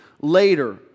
Later